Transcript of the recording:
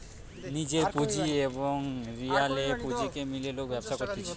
নিজের পুঁজি এবং রিনা লেয়া পুঁজিকে মিলিয়ে লোক ব্যবসা করতিছে